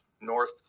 north